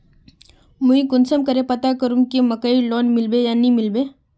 मुई कुंसम करे पता करूम की मकईर लोन मिलबे या नी मिलबे?